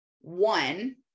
One